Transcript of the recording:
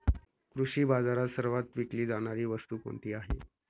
कृषी बाजारात सर्वात विकली जाणारी वस्तू कोणती आहे?